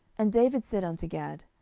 and david said unto gad,